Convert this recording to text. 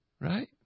Right